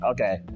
Okay